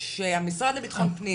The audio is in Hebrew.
של המשרד לביטחון פנים?